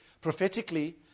prophetically